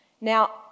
Now